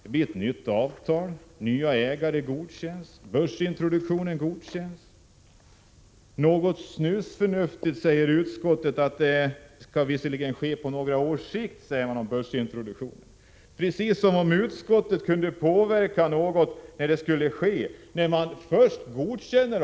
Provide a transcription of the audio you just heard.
Det blir ett nytt avtal, och nya ägare godkänns. Börsintroduktionen godkänns. Utskottet säger, något snusförnuftigt, att börsintroduktionen skall ske på några års sikt — precis som om utskottet kunde påverka det när man redan har godkänt avtalet.